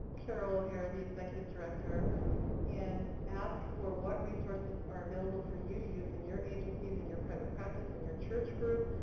carol o'hara, the executive director and ask for what resources are available for you to use in your agencies, in your private practice, in your church group,